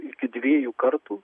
iki dviejų kartų